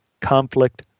Conflict